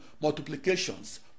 multiplications